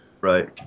Right